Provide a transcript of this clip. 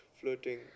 flirting